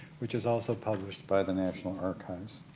which is also published by the national archives.